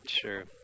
Sure